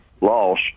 loss